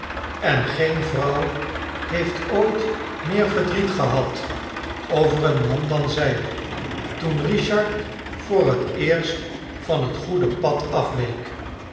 en gee-n vrouw heeft ooit meer verda-iet gehad over een man dan zij toen richard voor t eerst van het goede pad afweek